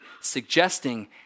suggesting